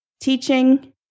teaching